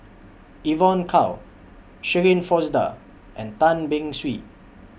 Evon Kow Shirin Fozdar and Tan Beng Swee